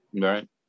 right